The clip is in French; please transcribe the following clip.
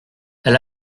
elle